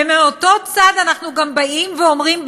ומאותו צד אנחנו גם באים ואומרים,